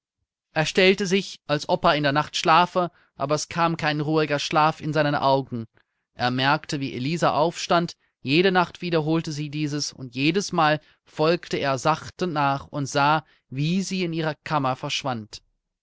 er stellte sich als ob er in der nacht schlafe aber es kam kein ruhiger schlaf in seine augen er merkte wie elisa aufstand jede nacht wiederholte sie dieses und jedesmal folgte er sachte nach und sah wie sie in ihre kammer verschwand